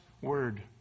Word